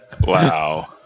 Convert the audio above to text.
wow